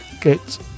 Get